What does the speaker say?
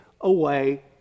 away